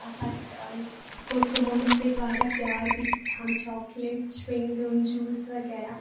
آ پَتہٕ کوٚر تِمو مےٚ سۭتۍ واریاہ پیار بیٚیہِ دیُتہَم چاکلیٹ چِوِنٛگم جوٗس وغیرہ